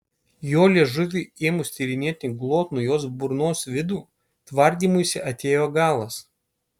jo liežuviui ėmus tyrinėti glotnų jos burnos vidų tvardymuisi atėjo galas